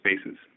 spaces